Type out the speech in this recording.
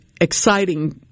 exciting